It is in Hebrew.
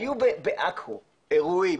היו בעכו אירועים.